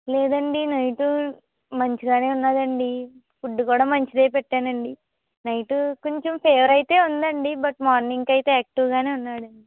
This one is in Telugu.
లేదు అండి నైట్ మంచిగానే ఉన్నాడు అండి ఫుడ్ కూడా మంచిదే పెట్టాను అండి నైట్ కొంచెం ఫీవర్ అయితే ఉంది అండి బట్ మార్నింగ్కి అయితే యాక్టివ్గానే ఉన్నాడు అండి